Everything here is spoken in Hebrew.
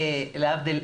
להבדיל,